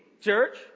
church